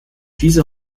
diese